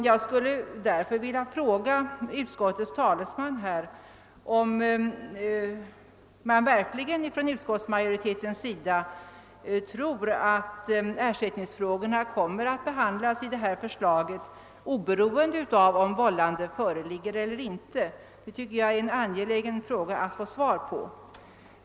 Jag skulle därför vilja fråga utskottets talesman, om man från utskottsmajoritetens sida verkligen tror att ersättningsfrågorna kommer att behandlas i detta förslag oberoende av huruvida vållande föreligger eller inte. Detta tycker jag är en angelägen fråga som det är viktigt att få svar på.